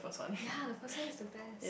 ya the first one is the best